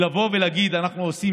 לבוא ולהגיד: אנחנו עושים